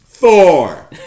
Thor